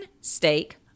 steak